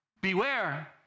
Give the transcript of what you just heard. beware